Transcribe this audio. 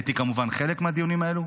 הייתי כמובן חלק מהדיונים האלו,